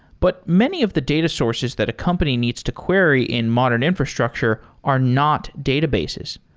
but many of the data sources that a company needs to query in modern infrastructure are not databases.